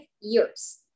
years